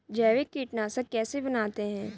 जैविक कीटनाशक कैसे बनाते हैं?